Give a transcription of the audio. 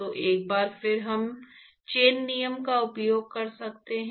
तो एक बार फिर हम चेन नियम का उपयोग कर सकते हैं